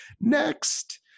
next